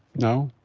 no.